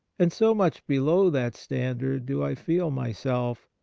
and so much below that standard do i feel myself,